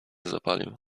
zapalił